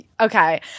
okay